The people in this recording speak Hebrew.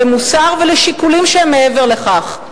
למוסר ולשיקולים שהם מעבר לכך.